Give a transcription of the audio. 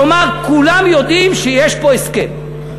כלומר כולם יודעים שיש פה הסכם.